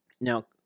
Now